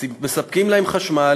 ומספקים להם חשמל,